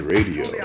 Radio